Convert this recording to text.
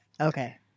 Okay